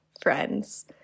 friends